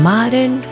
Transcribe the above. Modern